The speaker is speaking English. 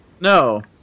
No